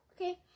Okay